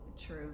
true